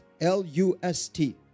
L-U-S-T